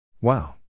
Wow